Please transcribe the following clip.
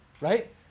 Right